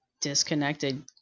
disconnected